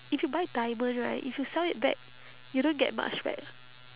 if you buy diamond right if you sell it back you don't get much back